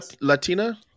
Latina